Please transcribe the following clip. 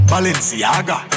Balenciaga